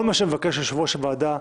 כל מה שמבקש יושב-ראש הוועדה,